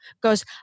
goes